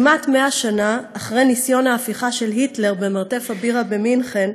כמעט 100 שנה אחרי ניסיון ההפיכה של היטלר במרתף הבירה במינכן,